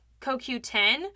CoQ10